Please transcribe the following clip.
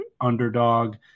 underdog